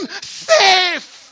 safe